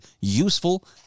useful